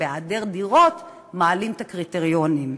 ובהיעדר דירות מעלים את הקריטריונים,